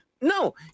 No